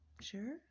sure